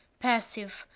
passive,